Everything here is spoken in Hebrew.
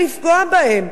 ולפגוע בהם.